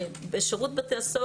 בשירות בתי הסוהר